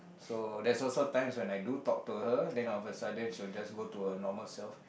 so there's also times when I do talk to her then all of a sudden she will just go to her normal self